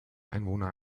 einwohner